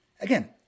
Again